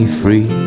free